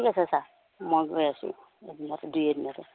ঠিক আছে ছাৰ মই গৈ আছোঁ এদিনতে দুই এদিনতে